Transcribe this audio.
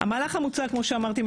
המהלך המוצע כמו שאמרתי,